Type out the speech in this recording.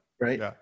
Right